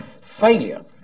failure